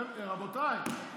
רבותיי,